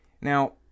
Now